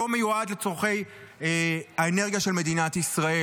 לא מיועד לצורכי האנרגיה של מדינת ישראל.